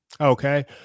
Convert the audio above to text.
Okay